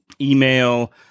Email